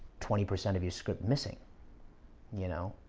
twenty percent of your script missing you know